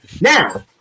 Now